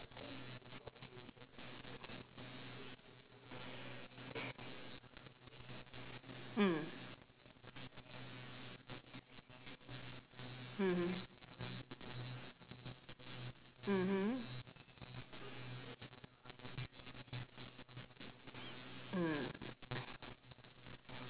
mm mmhmm mmhmm mm